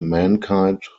mankind